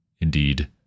indeed